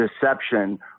deception